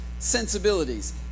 Sensibilities